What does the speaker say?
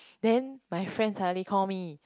then my friend suddenly call me